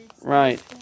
Right